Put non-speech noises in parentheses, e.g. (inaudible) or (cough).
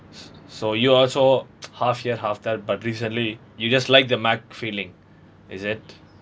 s~ so you also (noise) half here half that but recently you just like the mac feeling is it